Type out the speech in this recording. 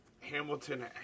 Hamilton